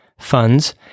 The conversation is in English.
funds